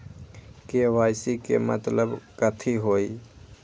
KYC के मतलब कथी होई?